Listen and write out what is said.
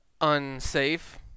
unsafe